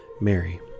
Mary